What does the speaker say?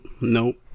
Nope